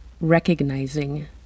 recognizing